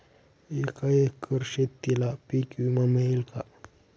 एका एकर शेतीला पीक विमा मिळेल का?